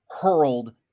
hurled